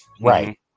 Right